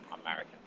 American